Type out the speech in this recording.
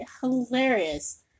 Hilarious